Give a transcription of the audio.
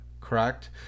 correct